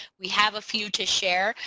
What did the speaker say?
we have a few to share.